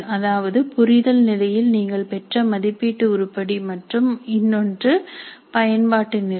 அதாவது புரிதல் நிலையில் நீங்கள் பெற்ற மதிப்பீட்டு உருப்படி மற்றும் இன்னொன்று பயன்பாட்டு நிலை